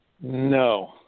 No